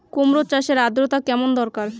কুমড়ো চাষের আর্দ্রতা কেমন দরকার?